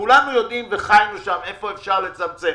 כולנו יודעים וחיינו שם איפה אפשר לצמצם.